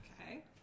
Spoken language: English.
Okay